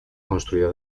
construida